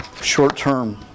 Short-term